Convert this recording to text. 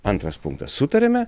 antras punktas sutarėme